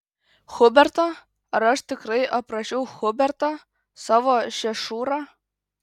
hubertą ar aš tikrai aprašiau hubertą savo šešurą